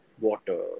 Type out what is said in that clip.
water